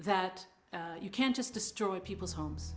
that you can't just destroy people's homes